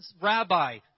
Rabbi